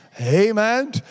Amen